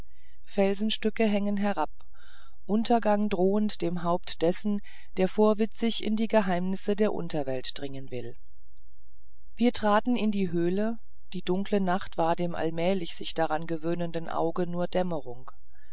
felsenstücke hängen herab untergang drohend dem haupte dessen der vorwitzig in die geheimnisse der unterwelt dringen will wir traten in die höhle die dunkle nacht war dem allmählich sich daran gewöhnenden auge zur dämmerung